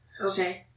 Okay